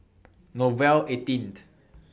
Nouvel eighteen